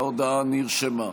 ההודעה נרשמה.